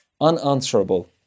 unanswerable